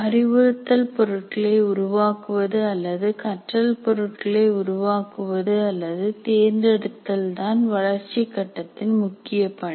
அறிவுறுத்தல் பொருட்களை உருவாக்குவது அல்லது கற்றல் பொருட்களை உருவாக்குவது அல்லது தேர்ந்தெடுத்தல் தான் வளர்ச்சிக் கட்டத்தின் முக்கிய பணி